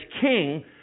King